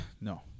No